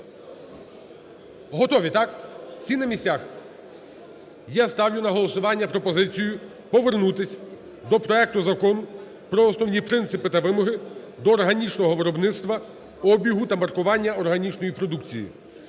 Готові, так? Всі на місцях? Я ставлю на голосування пропозицію повернутися до проекту Закону про основні принципи та вимоги до органічного виробництва, обігу та маркування органічної продукції